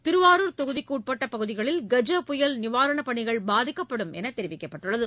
திருவாரூர் தொகுதிக்குட்பட்ட பகுதிகளில் கஜ புயல் நிவாரணப் பணிகள் பாதிக்கப்படும் என்று தெரிவிக்கப்பட்டுள்ளது